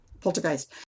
Poltergeist